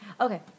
Okay